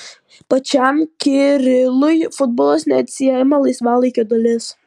pačiam kirilui futbolas neatsiejama laisvalaikio dalis